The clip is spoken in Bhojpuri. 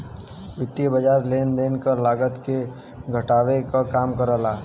वित्तीय बाज़ार लेन देन क लागत के घटावे क काम करला